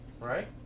right